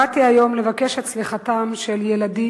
באתי היום לבקש את סליחתם של ילדים,